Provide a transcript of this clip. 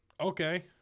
Okay